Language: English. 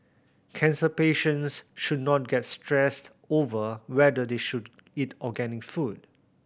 cancer patients should not get stressed over whether they should eat organic food